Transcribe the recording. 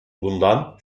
bundan